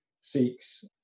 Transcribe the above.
seeks